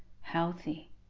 healthy